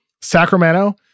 Sacramento